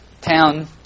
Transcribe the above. town